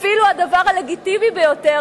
אפילו הדבר הלגיטימי ביותר,